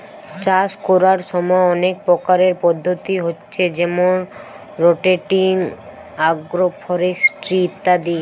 চাষ কোরার সময় অনেক প্রকারের পদ্ধতি হচ্ছে যেমন রটেটিং, আগ্রফরেস্ট্রি ইত্যাদি